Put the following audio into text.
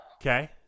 Okay